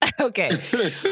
Okay